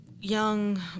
young